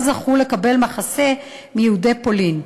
לא זכו לקבל מחסה מיהודי פולין.